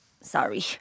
Sorry